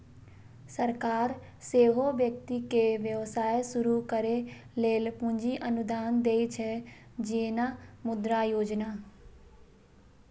सरकार सेहो व्यक्ति कें व्यवसाय शुरू करै लेल पूंजी अनुदान दै छै, जेना मुद्रा योजना